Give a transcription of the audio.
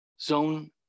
zone